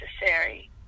necessary